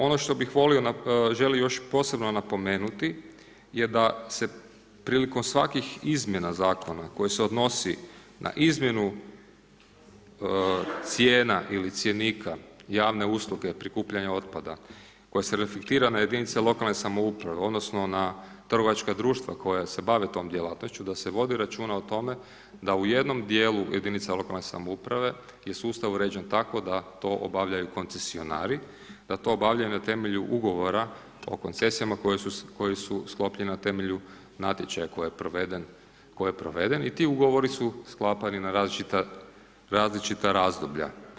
Ono što bih volio, želio još posebno napomenuti je da se prilikom svakih izmjena Zakona koji se odnosi na izmjenu cijena ili cjenika javne usluge prikupljanja otpada, koja se reflektira na jedinice lokalne samouprave odnosno na trgovačka društva koja se bave tom djelatnošću, da se vodi računa o tome da u jednom dijelu jedinica lokalne samouprave je sustav uređen tako da to obavljaju koncesionari, da to obavljaju na temelju Ugovora o koncesijama koja su sklopljena na temelju natječaja koji je proveden i ti Ugovori su sklapani na različita razdoblja.